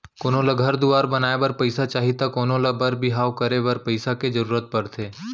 कोनो ल घर दुवार बनाए बर पइसा चाही त कोनों ल बर बिहाव करे बर पइसा के जरूरत परथे